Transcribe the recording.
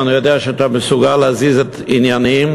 ואני יודע שאתה מסוגל להזיז עניינים,